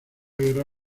guerra